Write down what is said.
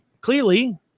clearly